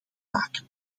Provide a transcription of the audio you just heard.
maken